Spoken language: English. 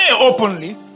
openly